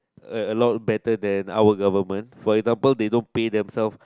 a lot better than our government for example they don't pay themselves